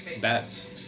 bats